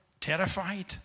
terrified